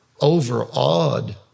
overawed